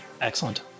excellent